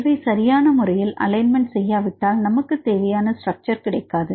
இவை சரியான முறையில் அலைன்மெண்ட் செய்யாவிட்டால் நமக்குத் தேவையான ஸ்ட்ரக்சர் கிடைக்காது